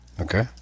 Okay